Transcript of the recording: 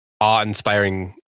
awe-inspiring